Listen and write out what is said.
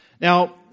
Now